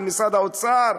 של משרד האוצר.